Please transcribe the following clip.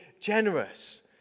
generous